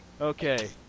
Okay